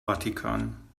vatikan